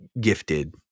gifted